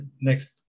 next